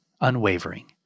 unwavering